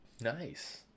Nice